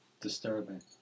Disturbing